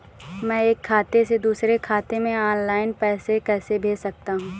मैं एक खाते से दूसरे खाते में ऑनलाइन पैसे कैसे भेज सकता हूँ?